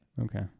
Okay